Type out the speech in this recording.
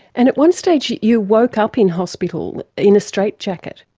and at one stage you woke up in hospital in a straitjacket.